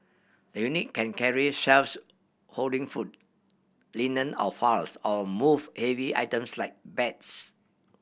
the unit can carry shelves holding food linen or files or move heavy items like beds